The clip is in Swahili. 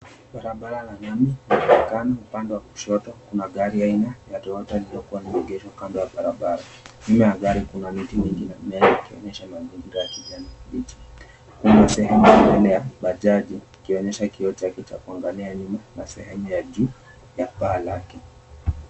Barabara ya lami inaonekana. Upande wa kushoto kuna gari aina ya Toyota lililoko limeegeshwa kando ya barabara. Nyuma ya gari kuna miti mingine minene ikionyesha mazingira ya kijanikibichi. Kuna sehemu mbele ya bajaji ikionyesha kioo chake cha kuangalia nyuma na sehemu ya juu ya paa lake.